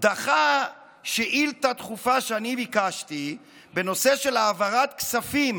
דחה שאילתה דחופה שאני ביקשתי בנושא של העברת כספים